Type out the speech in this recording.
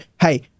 hey